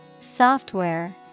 Software